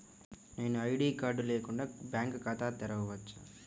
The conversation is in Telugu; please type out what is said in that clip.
నేను ఐ.డీ కార్డు లేకుండా బ్యాంక్ ఖాతా తెరవచ్చా?